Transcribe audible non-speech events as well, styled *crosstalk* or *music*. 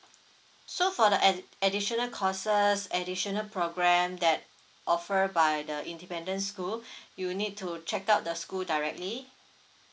so for the add~ additional courses additional program that offer by the independent school *breath* you need to check out the school directly